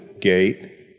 gate